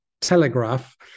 telegraph